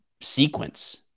sequence